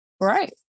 Right